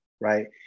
right